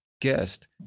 guest